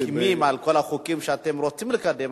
מסכימים על כל החוקים שאתם רוצים לקדם,